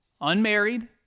unmarried